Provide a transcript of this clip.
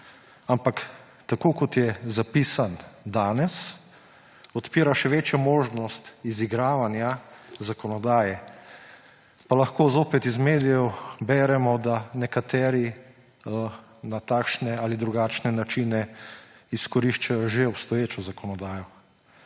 Ampak tako kot je zapisan danes, odpira še večjo možnost izigravanja zakonodaje. Pa lahko zopet v medijih beremo, da nekateri na takšne ali drugačne načine izkoriščajo že obstoječo zakonodajo.